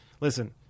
listen